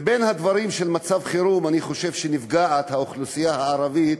בין הדברים של מצב חירום אני חושב שהאוכלוסייה הערבית